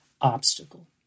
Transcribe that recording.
obstacle